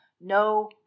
no